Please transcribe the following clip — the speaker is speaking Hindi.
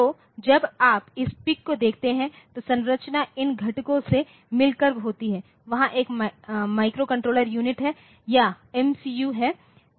तो जब आप इस PIC को देखते हैं तो संरचना इन घटकों से मिलकर होती है वहां एक माइक्रोकंट्रोलर यूनिट या MCU है